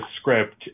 script